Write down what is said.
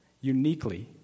uniquely